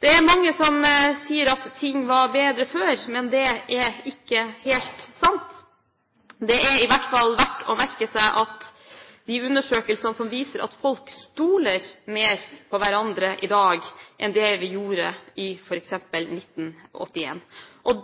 Det er mange som sier at ting var bedre før, men det er ikke helt sant. Det er i hvert fall verdt å merke seg de undersøkelsene som viser at folk stoler mer på hverandre i dag enn det de gjorde for eksempel i 1981.